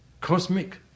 cosmic